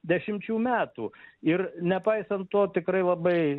dešimčių metų ir nepaisant to tikrai labai